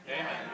Amen